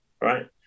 Right